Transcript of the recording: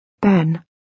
Ben